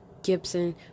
Gibson